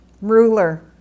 ruler